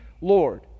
lord